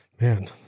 man